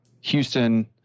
Houston